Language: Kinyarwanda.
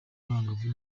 abangavu